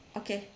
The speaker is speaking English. okay